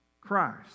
Christ